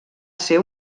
ser